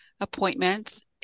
appointments